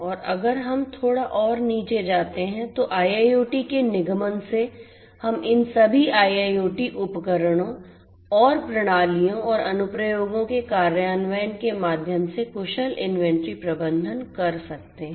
और अगर हम थोड़ा और नीचे जाते हैं तो IIoT के निगमन से हम इन सभी IIoT उपकरणों और प्रणालियों और अनुप्रयोगों के कार्यान्वयन के माध्यम से कुशल इन्वेंट्री प्रबंधन कर सकते हैं